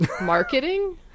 marketing